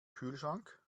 kühlschrank